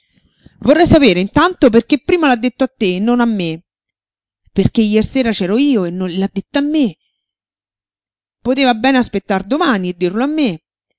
vorrei sapere intanto perché prima l'ha detto a te e non a me perché jersera c'ero io e l'ha detto a me poteva bene aspettar domani e dirlo a me